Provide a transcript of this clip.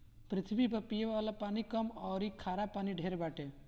पृथ्वी पर पिये वाला पानी कम अउरी खारा पानी ढेर बाटे